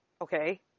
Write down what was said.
Okay